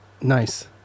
Nice